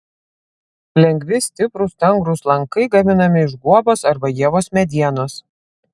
lengvi stiprūs stangrūs lankai gaminami iš guobos arba ievos medienos